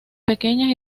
pequeñas